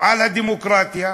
על הדמוקרטיה,